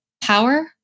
power